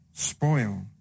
spoil